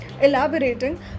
Elaborating